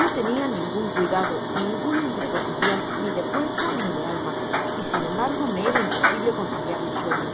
no tenia ningun cuidado ninguna indisposicion ni de cuerpo ni de alma y sin embargo me era imposible conciliar el sueno